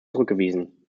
zurückgewiesen